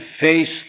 face